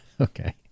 Okay